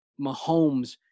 Mahomes